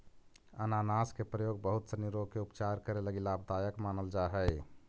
अनानास के प्रयोग बहुत सनी रोग के उपचार करे लगी लाभदायक मानल जा हई